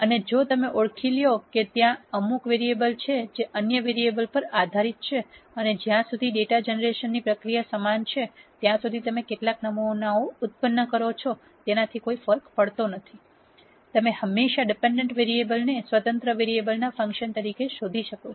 અને જો તમે ઓળખી લ્યો કે ત્યાં અમુક વેરીએબલ છે જે અન્ય વેરીએબલ પર આધારિત છે અને જ્યાં સુધી ડેટા જનરેશન પ્રક્રિયા સમાન છે ત્યાં સુધી તમે કેટલા નમૂનાઓ ઉત્પન્ન કરો છો તેનાથી કોઈ ફરક પડતો નથી તમે હંમેશાં ડીપેન્ડન્ટ વેરીએબલને સ્વતંત્ર વેરીએબલ ના ફંક્શન તરીકે શોધી શકો છો